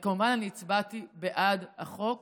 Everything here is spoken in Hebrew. כמובן, הצבעתי בעד החוק,